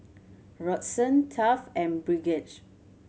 Roxann Taft and Bridgette